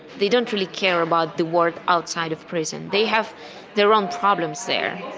they don't really care about the world outside of prison. they have their own problems there.